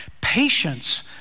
Patience